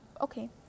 okay